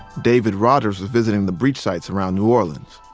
david rogers was visiting the breach sites around new orleans.